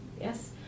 Yes